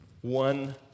One